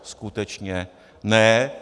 Skutečně ne.